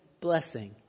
blessing